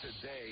Today